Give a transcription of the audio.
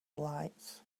lights